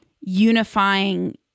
unifying